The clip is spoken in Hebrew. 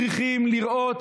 צריכים לראות